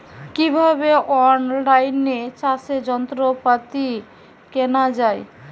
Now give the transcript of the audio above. কিভাবে অন লাইনে চাষের যন্ত্রপাতি কেনা য়ায়?